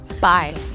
Bye